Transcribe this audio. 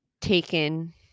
taken